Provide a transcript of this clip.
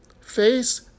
Face